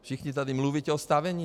Všichni tady mluvíte o stavění.